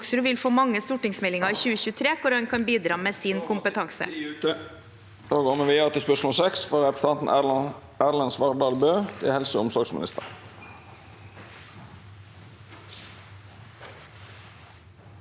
representanten Hoksrud vil få mange stortingsmeldinger i 2023 hvor han kan bidra med sin kompetanse.